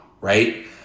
right